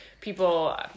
people